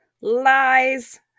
lies